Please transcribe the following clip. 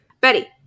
Betty